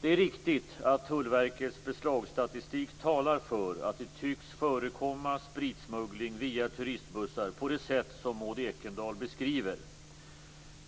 Det är riktigt att Tullverkets beslagsstatistik talar för att det tycks förekomma spritsmuggling via turistbussar på det sätt som Maud Ekendahl beskriver.